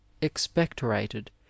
expectorated